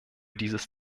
dieses